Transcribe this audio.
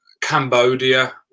Cambodia